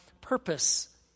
purpose